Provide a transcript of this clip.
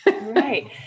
Right